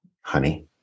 honey